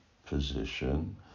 position